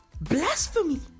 Blasphemy